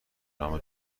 نام